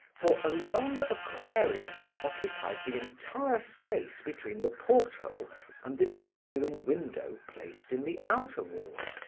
for a long aquarium occupied the entire space between the porthole and the genuine window placed in the outer wall.